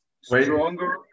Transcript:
stronger